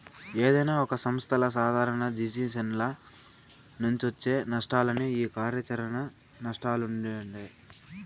ఏదైనా ఒక సంస్థల సాదారణ జిజినెస్ల నుంచొచ్చే నష్టాలనే ఈ కార్యాచరణ నష్టాలంటుండె